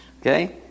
Okay